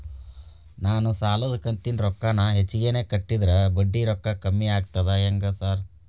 ನಾನ್ ಸಾಲದ ಕಂತಿನ ರೊಕ್ಕಾನ ಹೆಚ್ಚಿಗೆನೇ ಕಟ್ಟಿದ್ರ ಬಡ್ಡಿ ರೊಕ್ಕಾ ಕಮ್ಮಿ ಆಗ್ತದಾ ಹೆಂಗ್ ಸಾರ್?